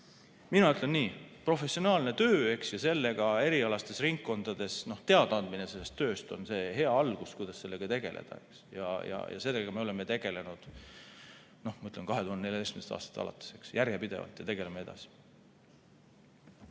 Mina ütlen nii: professionaalne töö ja erialastes ringkondades teadaandmine sellest tööst on see hea algus, kuidas sellega tegeleda. Sellega me oleme tegelenud, no ma ütlen, 2014. aastast alates järjepidevalt ja tegeleme edasi.